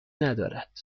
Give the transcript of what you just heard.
ندارد